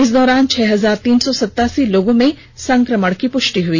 इस दौरान छह हजार तीन सौ सतासी लोगों में संक्रमण की पुष्टि हुई